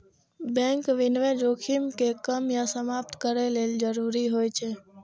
bank विनियमन जोखिम कें कम या समाप्त करै लेल जरूरी होइ छै